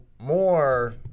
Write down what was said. more